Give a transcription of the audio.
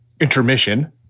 intermission